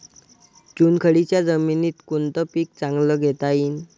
चुनखडीच्या जमीनीत कोनतं पीक चांगलं घेता येईन?